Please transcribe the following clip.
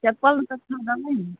चप्पल सब सुन्दर है ने